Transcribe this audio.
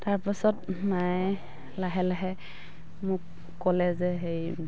তাৰপাছত মায়ে লাহে লাহে মোক ক'লে যে সেই